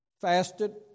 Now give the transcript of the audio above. fasted